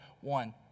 one